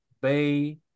Bay